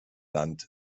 land